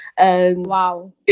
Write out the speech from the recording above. Wow